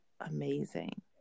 amazing